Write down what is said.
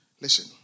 Listen